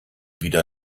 wieder